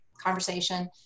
conversation